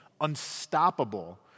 unstoppable